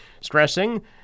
stressing